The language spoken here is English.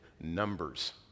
numbers